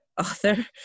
author